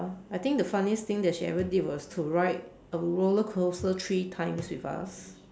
I think the funniest thing that she ever did was to ride a roller coaster three times with us